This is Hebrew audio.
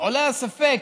עולה הספק